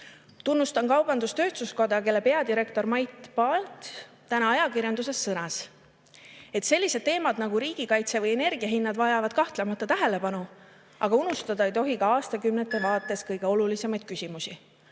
Tunnustan kaubandus-tööstuskoda, kelle peadirektor Mait Palts täna ajakirjanduses sõnas, et sellised teemad nagu riigikaitse või energiahinnad vajavad kahtlemata tähelepanu, aga unustada ei tohi ka aastakümnete vaates kõige olulisemaid küsimusi: